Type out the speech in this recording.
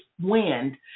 wind